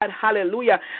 Hallelujah